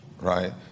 right